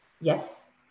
Yes